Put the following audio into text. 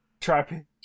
Trapping